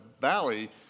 valley